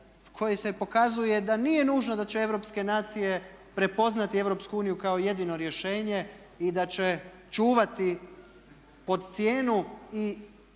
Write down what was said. kojoj se pokazuje da nije nužno da će europske nacije prepoznati Europsku uniju kao jedino rješenje i da će čuvati pod cijenu i